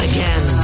Again